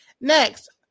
Next